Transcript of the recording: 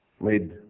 made